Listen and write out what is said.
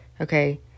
Okay